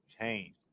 changed